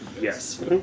Yes